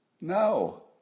No